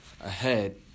ahead